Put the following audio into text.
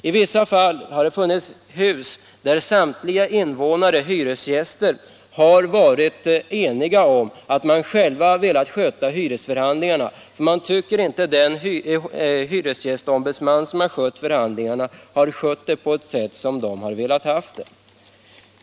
I vissa fall har det funnits hus där samtliga hyresgäster har varit eniga om att de själva velat sköta hyresförhandlingarna, eftersom de inte tycker att den hyresgästsombudsman som skött förhandlingarna gjort det så som de önskat.